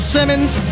Simmons